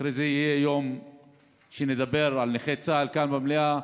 אחרי זה יהיה דיון שנדבר על נכי צה"ל כאן במליאה,